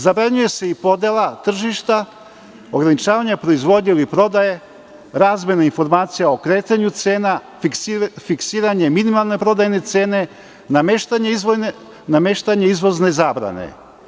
Zabranjuje se i podela tržišta, ograničavanja proizvodnje ili prodaje, razmene informacija o kretanju cena, fiksiranjem minimalne prodajne cene, nameštanje izvozne zabrane.